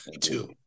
Two